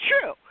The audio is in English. true